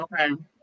Okay